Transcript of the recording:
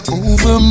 over